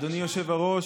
אדוני היושב-ראש,